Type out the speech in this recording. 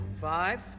five